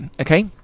okay